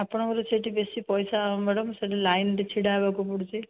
ଆପଣଙ୍କର ସେଠି ବେଶି ପଇସା ମ୍ୟାଡାମ୍ ସେଠି ଲାଇନ୍ରେ ଛିଡ଼ା ହେବାକୁ ପଡ଼ୁଛି